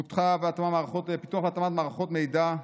פותחה מערכת לפיתוח והתאמה של מערכות מידע,